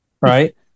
right